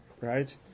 right